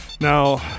Now